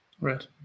Right